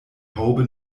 haube